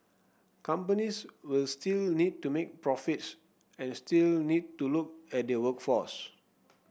companies will still need to make profits and still need to look at their workforce